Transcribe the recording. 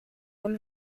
con